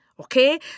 Okay